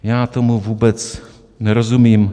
Já tomu vůbec nerozumím.